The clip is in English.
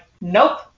nope